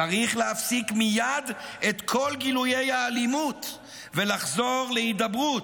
צריך להפסיק מייד את כל גילויי האלימות ולחזור להידברות.